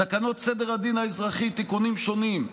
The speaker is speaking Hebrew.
תקנות סדר הדין האזרחי (תיקונים שונים),